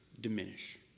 diminish